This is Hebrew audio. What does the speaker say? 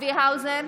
צבי האוזר,